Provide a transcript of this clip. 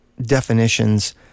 definitions